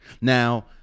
Now